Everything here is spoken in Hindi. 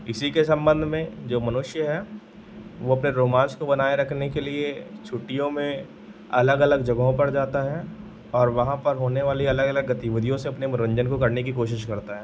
इसी के सम्बन्ध में जो मनुष्य है वह अपने रोमान्च को बनाए रखने के लिए छुट्टियों में अलग अलग जगहों पर जाता है और वहाँ पर होने वाली अलग अलग गतिविधियों से अपने मनोरन्जन को करने की कोशिश करता है